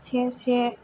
से से